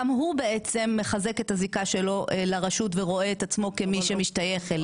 הוא בעצם מחזק את הזיקה שלו לרשות ורואה את עצמו כמי שמשתייך אליה.